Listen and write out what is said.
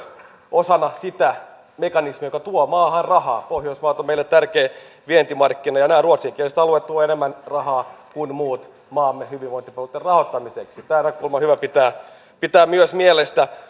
osana sitä mekanismia joka tuo maahan rahaa pohjoismaat ovat meille tärkeä vientimarkkina ja nämä ruotsinkieliset alueet tuovat enemmän rahaa kuin muut maamme hyvinvointipalveluitten rahoittamiseksi myös tämä näkökulma on hyvä pitää pitää mielessä